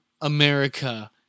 America